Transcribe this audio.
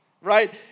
Right